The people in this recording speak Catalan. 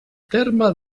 terme